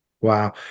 Wow